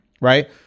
Right